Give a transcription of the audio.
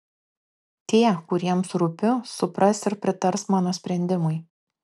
tie kuriems rūpiu supras ir pritars mano sprendimui